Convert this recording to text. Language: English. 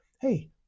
hey